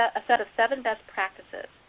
a set of seven best practices.